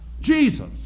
Jesus